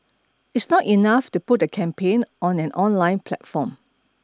it's not enough to put a campaign on an online platform